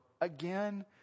again